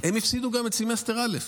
הפסידו גם את סמסטר א'.